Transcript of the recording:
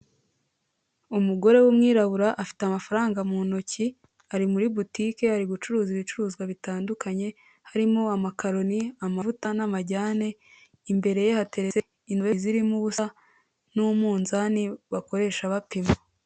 Umugore w'umwirabura afite amafaranga mu ntoki ari muri butike ari gucuruza ibicuruzwa bitandukanye, harimo; amakaroni, amavuta n'amajyane, imbere ye hateretse indobo zirimo ubusa n'umuzani bakoresha bapima.